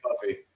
puffy